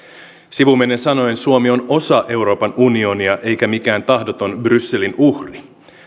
sivumennen sanoen suomi on osa euroopan unionia eikä mikään tahdoton brysselin uhri